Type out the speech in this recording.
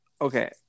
okay